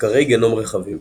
מחקרי גנום רחבים